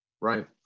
right